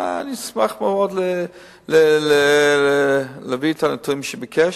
אשמח מאוד להביא את הנתונים שביקש,